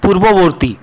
পূর্ববর্তী